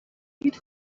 nid